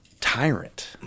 tyrant